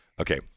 Okay